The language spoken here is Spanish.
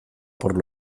por